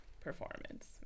performance